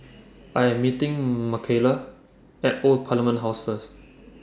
I Am meeting Michaela At Old Parliament House First